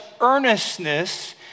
earnestness